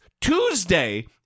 Tuesday